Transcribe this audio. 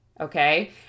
okay